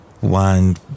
one